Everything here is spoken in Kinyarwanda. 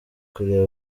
kureba